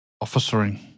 officering